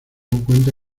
cuenta